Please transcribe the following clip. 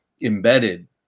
embedded